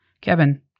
Kevin